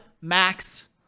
Max